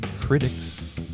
critics